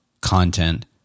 content